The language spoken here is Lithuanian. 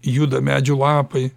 juda medžių lapai